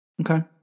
Okay